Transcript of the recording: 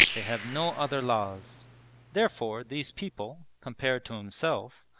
they have no other laws therefore these people, compared to himself,